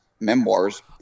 memoirs